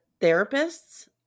therapists